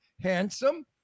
handsome